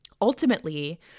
Ultimately